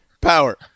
power